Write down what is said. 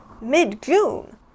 mid-June